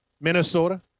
Minnesota